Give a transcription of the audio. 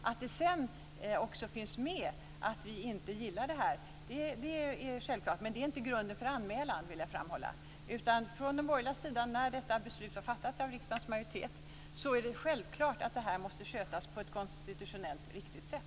Att det sedan också finns med att vi inte gillar det här är självklart. Men jag vill framhålla att det inte är grunden för anmälan. När detta beslut var fattat av riksdagens majoritet var det självklart från den borgerliga sidan att det här måste skötas på ett konstitutionellt riktigt sätt.